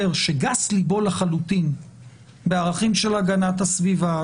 שלבו גס לחלוטין בערכים של הגנת הסביבה,